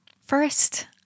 First